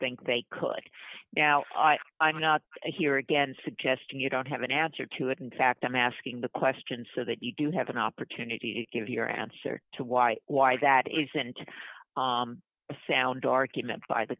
think they could now i'm not here again suggesting you don't have an answer to it in fact i'm asking the question so that you do have an opportunity to give your answer to why why that isn't a sound argument by the